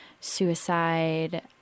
suicide